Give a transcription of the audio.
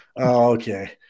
Okay